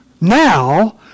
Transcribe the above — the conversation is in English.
now